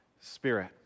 Spirit